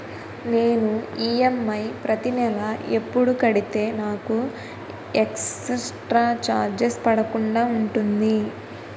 నేను ఈ.ఎమ్.ఐ ప్రతి నెల ఎపుడు కడితే నాకు ఎక్స్ స్త్ర చార్జెస్ పడకుండా ఉంటుంది?